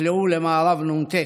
נקלעו למערב נ"ט,